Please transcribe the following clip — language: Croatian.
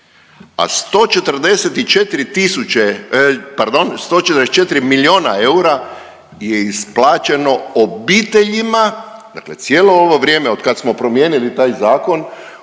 144 milijona eura je isplaćeno obiteljima, dakle cijelo ovo vrijeme od kad smo promijenili taj zakon,